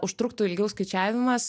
užtruktų ilgiau skaičiavimas